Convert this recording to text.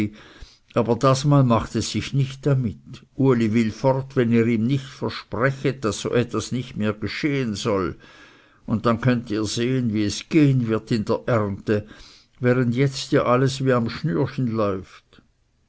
aber dasmal macht es sich nicht damit uli will fort wenn ihr ihm nicht versprechet daß so etwas nicht mehr geschehen soll und dann könnt ihr sehen wie es gehen wird in der ernte während jetzt ja alles wie am schnürchen lauft